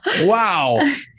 Wow